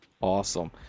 Awesome